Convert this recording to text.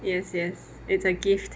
yes yes it's a gift